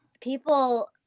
people